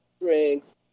drinks